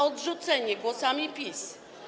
Odrzucenie głosami PiS.